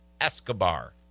Escobar